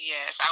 Yes